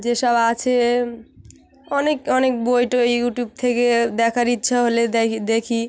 যেসব আছে অনেক অনেক বই টই ইউটিউব থেকে দেখার ইচ্ছা হলে দেখি